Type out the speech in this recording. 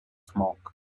smoke